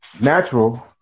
natural